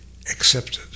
accepted